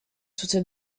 toute